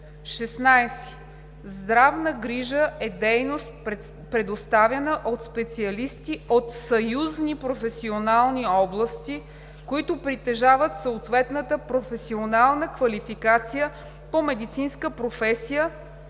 16. „Здравна грижа“ е дейност, предоставяна от специалисти от съюзни професионални области, които притежават съответната професионална квалификация, по медицинска професия“,